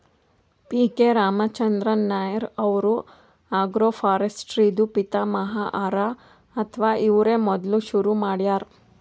P K Ramachandran Nair ಅವ್ರು agroforestry ದೂ ಪಿತಾಮಹ ಹರಾ ಅಥವಾ ಇವ್ರೇ ಮೊದ್ಲ್ ಶುರು ಮಾಡ್ಯಾರ್